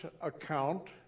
account